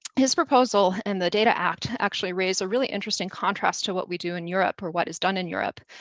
his proposal and the data act actually raise a really interesting contrast to what we do in europe, or what is done in europe,